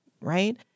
right